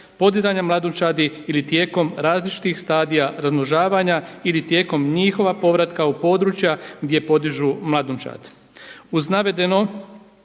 podizanja mladunčadi ili tijekom različitih stadija razmnožavanja ili tijekom njihova povratka u područja gdje podižu mladunčad.